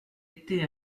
été